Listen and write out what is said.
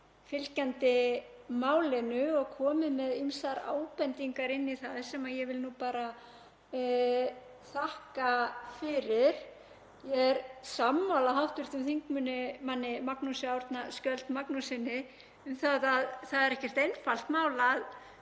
fylgjandi málinu og komið með ýmsar ábendingar inn í það sem ég vil bara þakka fyrir. Ég er sammála hv. þm. Magnúsi Árna Skjöld Magnússyni um að það er ekkert einfalt mál að